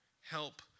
help